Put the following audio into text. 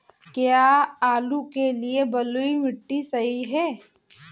क्या आलू के लिए बलुई मिट्टी सही है?